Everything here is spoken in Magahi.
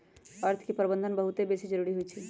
अर्थ के प्रबंधन बहुते बेशी जरूरी होइ छइ